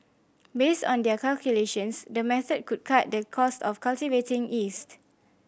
based on their calculations the method could cut the cost of cultivating yeast